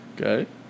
Okay